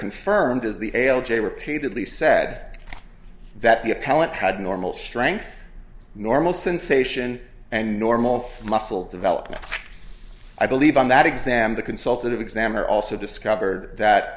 confirmed as the l j repeatedly said that the appellant had normal strength normal sensation and normal muscle development i believe on that exam the consultative exam are also discovered that